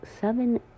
seven